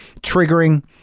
triggering